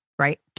Right